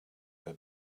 her